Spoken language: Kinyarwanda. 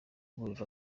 ngororero